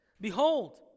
Behold